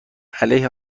علیه